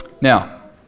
Now